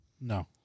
No